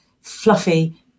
fluffy